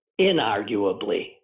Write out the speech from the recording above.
inarguably